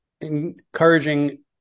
encouraging